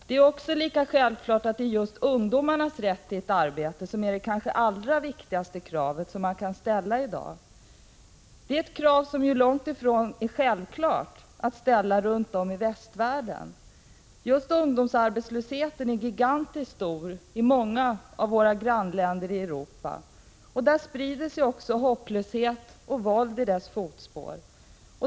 Det är också självklart att det är just ungdomarnas rätt till ett arbete som är det kanske allra viktigaste kravet man kan ställa i dag. Det är ett krav som är långt ifrån självklart att ställa runt om i Västvärlden. Just ungdomsarbetslösheten är gigantisk i många av våra grannländer i Europa. Där sprider sig också hopplöshet och våld i dess fotspår.